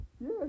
Yes